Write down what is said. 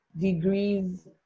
degrees